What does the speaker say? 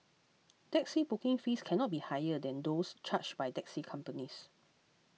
taxi booking fees cannot be higher than those charged by taxi companies